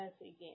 again